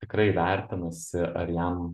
tikrai vertinasi ar jam